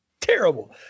terrible